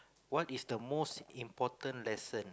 what is the most important lesson